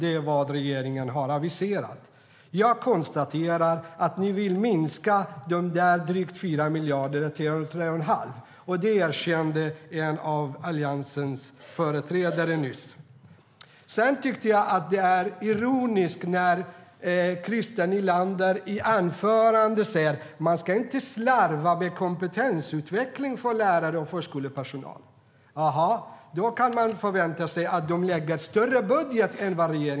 Det är vad regeringen har aviserat. Jag tycker också att det är ironiskt när Christer Nylander i sitt anförande säger att man inte ska slarva med kompetensutveckling för lärare och förskolepersonal.